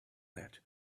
that